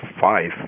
five